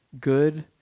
good